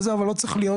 אבל לא צריך להיות